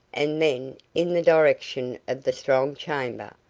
and then in the direction of the strong chamber.